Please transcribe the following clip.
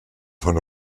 von